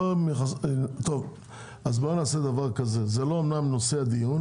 זה אומנם לא נושא הדיון,